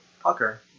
Pucker